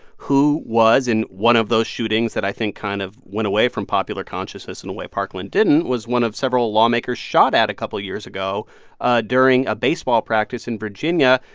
who was in one of those shootings that i think kind of went away from popular consciousness in a way parkland didn't, was one of several lawmakers shot at a couple years ago ah during a baseball practice in virginia.